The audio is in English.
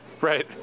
right